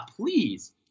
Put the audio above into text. please